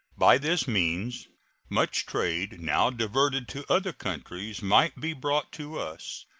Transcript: by this means much trade now diverted to other countries might be brought to us,